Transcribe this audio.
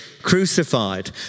crucified